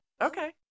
Okay